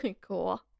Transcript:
Cool